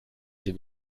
sie